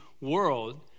world